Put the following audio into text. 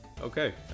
Okay